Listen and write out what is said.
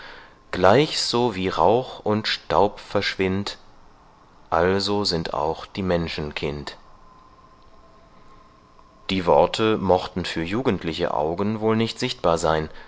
gleich so wie rauch und staub verschwindt also sind auch die menschenkind die worte mochten für jugendliche augen wohl nicht sichtbar sein